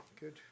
good